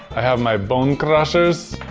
i have my bone crushers.